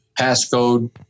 passcode